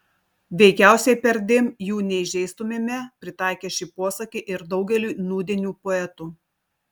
veikiausiai perdėm jų neįžeistumėme pritaikę šį posakį ir daugeliui nūdienių poetų